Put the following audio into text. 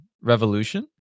revolution